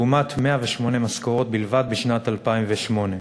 לעומת 108 משכורות בלבד בשנת 2008,